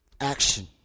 action